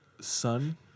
son